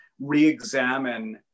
re-examine